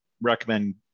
recommend